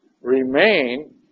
remain